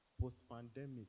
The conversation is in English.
post-pandemic